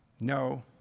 No